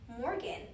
Morgan